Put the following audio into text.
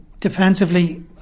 Defensively